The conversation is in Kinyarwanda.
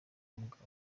umugabo